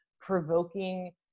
provoking